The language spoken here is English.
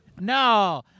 No